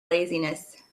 laziness